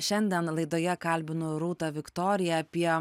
šiandien laidoje kalbinu rūtą viktoriją apie